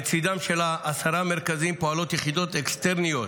לצידם של עשרה מרכזים פועלות יחידות אקסטרניות